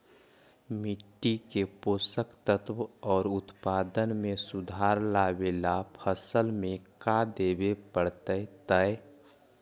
मिट्टी के पोषक तत्त्व और उत्पादन में सुधार लावे ला फसल में का देबे पड़तै तै?